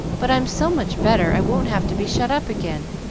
but i'm so much better i won't have to be shut up again,